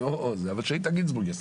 אבל שאיתן גינזבורג יעשה.